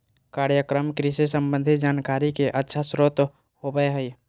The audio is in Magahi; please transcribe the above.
कार्यक्रम कृषि संबंधी जानकारी के अच्छा स्रोत होबय हइ